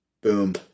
Boom